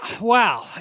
wow